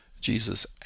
Jesus